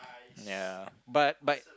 ya but but